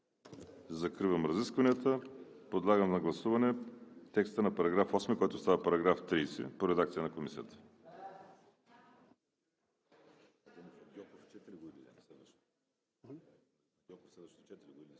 Закривам разискванията. Подлагам на гласуване текста на § 8, който става § 30, в редакция на Комисията.